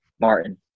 Martin